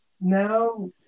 now